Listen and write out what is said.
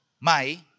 Mai